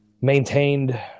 maintained